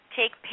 take